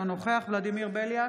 אינו נוכח ולדימיר בליאק,